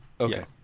Okay